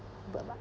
but